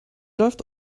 läuft